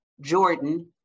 Jordan